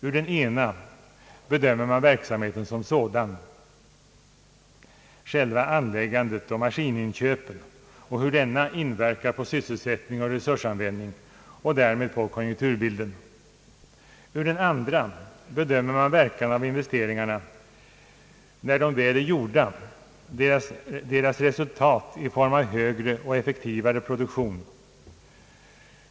Ur den ena bedömer man verksamheten som sådan — själva anläggandet och maskininköpen — och hur denna inverkar på sysselsättning och resursanvändning och därmed på konjunkturbilden. Ur den andra bedömer man verkan av investeringarna när de väl är gjorda, deras resultat i form av högre och effektivare produktion.